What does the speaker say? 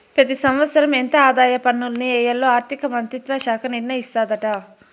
పెతి సంవత్సరం ఎంత ఆదాయ పన్నుల్ని ఎయ్యాల్లో ఆర్థిక మంత్రిత్వ శాఖ నిర్ణయిస్తాదాట